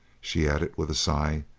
she added, with a sigh,